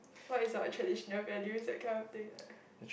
what is our traditional values that kind of thing